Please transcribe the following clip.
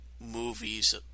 movies